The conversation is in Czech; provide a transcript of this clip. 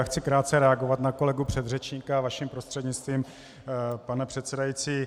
Chci krátce reagovat na kolegu předřečníka vaším prostřednictvím, pane předsedající.